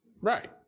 Right